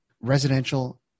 residential